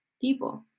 people